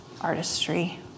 artistry